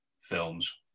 films